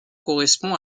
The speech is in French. correspond